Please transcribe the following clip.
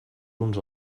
uns